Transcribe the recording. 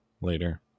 later